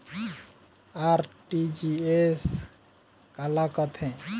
RTGS काला कथें?